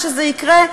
כשזה יקרה,